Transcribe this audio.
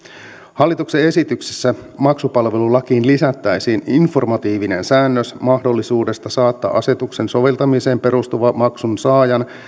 hallituksen esityksessä maksupalvelulakiin lisättäisiin informatiivinen säännös mahdollisuudesta saattaa asetuksen soveltamiseen perustuva maksunsaajan